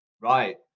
Right